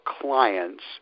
clients